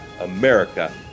America